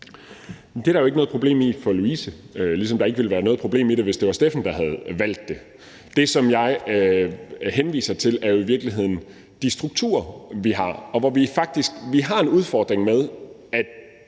Det er der jo ikke noget problem i for Louise, ligesom der ikke ville være noget problem i det, hvis det var Steffen, der havde valgt det. Det, som jeg henviser til, er jo i virkeligheden de strukturer, vi har, og hvor vi faktisk har en udfordring med, at